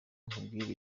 nkubwire